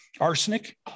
arsenic